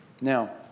Now